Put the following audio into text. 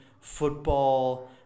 football